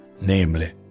namely